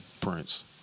Prince